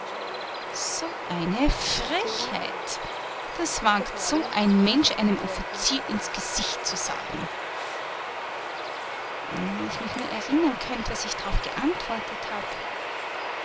so eine frechheit das wagt so ein mensch einem offizier ins gesicht zu sagen wenn ich mich nur erinnern könnt was ich d'rauf geantwortet hab